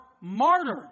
martyred